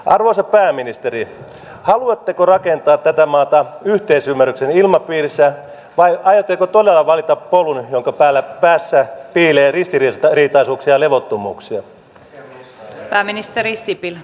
arvoisa pääministeri haluatteko rakentaa tätä maata yhteisymmärryksen ilmapiirissä vai aiotteko todella valita polun jonka päässä piilee ristiriitaisuuksia ja levottomuuksia